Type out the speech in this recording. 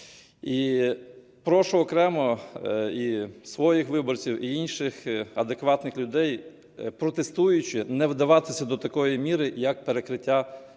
І прошу окремо і своїх виборців, і інших адекватних людей, протестуючи, не вдаватись до такої міри як перекриття дорожнього